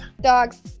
Dogs